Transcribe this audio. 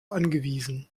angewiesen